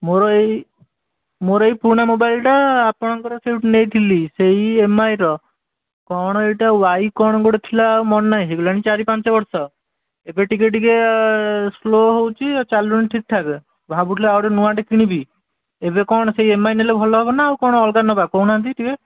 ମୋର ଏଇ ମୋର ଏଇ ପୁରୁଣା ମୋବାଇଲ୍ଟା ଆପଣଙ୍କର ସେଇଠୁ ନେଇଥିଲି ସେଇ ଏମ୍ଆଇର କ'ଣ ଏଇଟା ୱାଇ କ'ଣ ଗୋଟେ ଥିଲା ଆଉ ମାନେ ନାହିଁ ହୋଇଗଲାଣି ଚାରି ପାଞ୍ଚ ବର୍ଷ ଏବେ ଟିକିଏ ଟିକିଏ ସ୍ଲୋ ହେଉଛି ଆଉ ଚାଲୁନି ଠିକ୍ ଠାକ୍ ଭାବୁଥିଲି ଆଉ ଗୋଟେ ନୂଆଟେ କିଣିବି ଏବେ କ'ଣ ସେଇ ଏମ୍ ଆଇ ନେଲେ ଭଲ ହେବ ନା ଆଉ କ'ଣ ଅଲଗା ନେବା କହୁନାହାନ୍ତି ଟିକିଏ